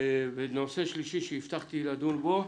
נושא שלישי שהבטחתי לדון בו,